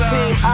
Team